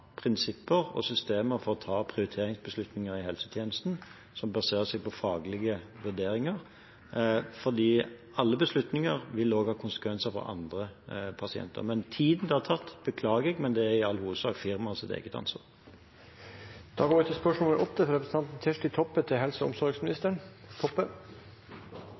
prinsipper og systemer for å ta prioriteringsbeslutninger i helsetjenesten som baserer seg på faglige vurderinger, fordi alle beslutninger vil ha konsekvenser også for andre pasienter. Men tiden det har tatt, beklager jeg, men det er i all hovedsak firmaets eget ansvar. «Budsjett 2017 for Sykehuset Telemark HF forstås slik at radiolog, øre-nese-hals-spesialist og